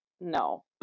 no